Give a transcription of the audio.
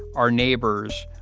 our neighbors,